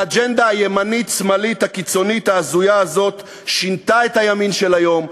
והאג'נדה הימנית-שמאלית הקיצונית ההזויה הזאת שינתה את הימין של היום,